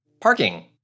Parking